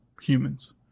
humans